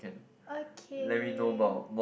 okay